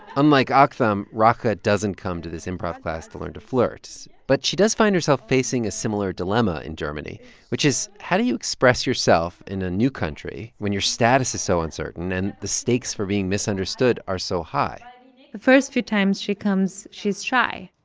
unlike aktham, raghd doesn't come to this improv class to learn to flirt. but she does find herself facing a similar dilemma in germany which is, how do you express yourself in a new country when your status is so uncertain and the stakes for being misunderstood are so high? the first few times, she comes she's shy.